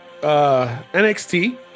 NXT